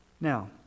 Now